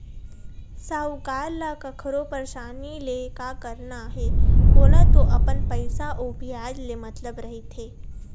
साहूकार ल कखरो परसानी ले का करना हे ओला तो अपन पइसा अउ बियाज ले मतलब रहिथे